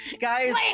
Guys